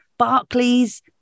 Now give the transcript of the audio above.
Barclays